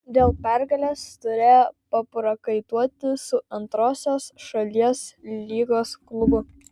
dėl pergalės turėjo paprakaituoti su antrosios šalies lygos klubu